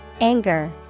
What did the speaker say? anger